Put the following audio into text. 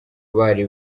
bari